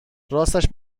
راستش